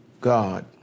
God